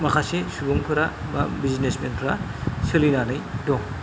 माखासे सुबुंफोरा बा बिजनेसमेनफोरा सोलिनानै दं